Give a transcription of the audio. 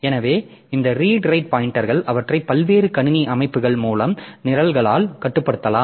எனவே இந்த read write பாய்ன்டெர்கள் அவற்றை பல்வேறு கணினி அழைப்புகள் மூலம் நிரல்களால் கட்டுப்படுத்தலாம்